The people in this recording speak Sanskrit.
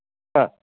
हा